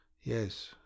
Yes